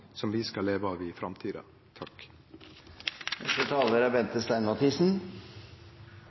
som vi skal leve av i framtida. Men da er